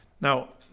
Now